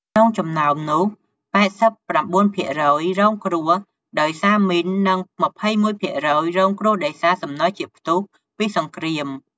ក្នុងចំណោមនោះ ៧៩% រងគ្រោះដោយសារមីន និង ២១% រងគ្រោះដោយសារសំណល់ជាតិផ្ទុះពីសង្គ្រាម។